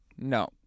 No